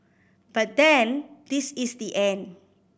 but then this is the end